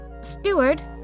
steward